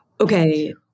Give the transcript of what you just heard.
okay